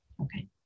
Okay